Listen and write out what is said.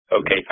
Okay